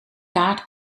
kaart